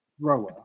Rower